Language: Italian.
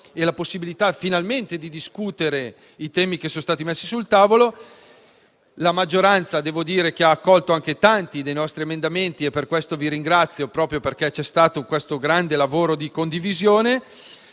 e la possibilità, finalmente, di discutere i temi che sono stati messi sul tavolo. Devo riconoscere che la maggioranza ha accolto anche tanti dei nostri emendamenti e per questo vi ringrazio, proprio perché c'è stato un grande lavoro di condivisione.